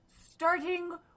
starting